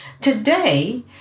Today